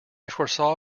foresaw